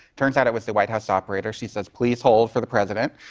turns out it was the white house operator. she says, please hold for the president.